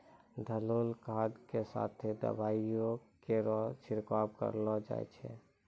घोललो खाद क साथें दवाइयो केरो छिड़काव करलो जाय छै?